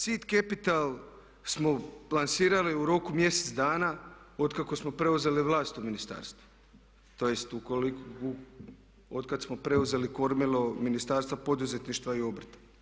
SID Capital smo plasirali u roku mjesec dana otkako smo preuzeli vlast u ministarstvu tj. otkad smo preuzeli kormilo Ministarstva poduzetništva i obrta.